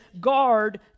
Guard